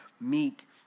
meek